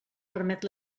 permet